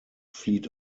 flieht